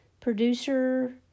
producer